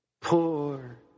poor